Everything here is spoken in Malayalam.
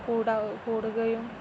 കൂടുകയും